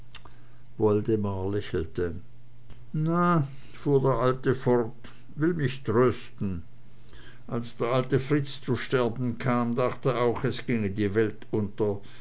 lächelte na fuhr der alte fort will mich trösten als der alte fritz zu sterben kam dacht er auch nu ginge die welt unter